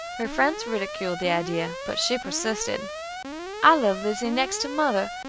her friends ridiculed the idea, but she persisted i love lizzie next to mother.